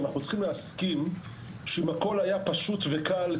אנחנו צריכים להסכים שאם הכול היה פשוט וקל,